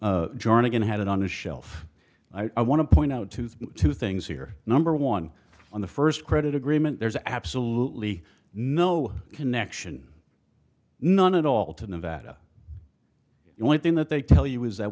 jernigan had it on the shelf i want to point out to two things here number one on the first credit agreement there's absolutely no connection none at all to nevada and one thing that they tell you is that